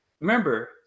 remember